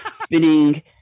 spinning